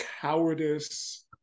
cowardice